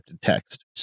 text